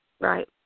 right